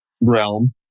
realm